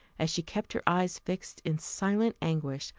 as she kept her eyes fixed, in silent anguish,